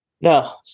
No